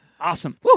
Awesome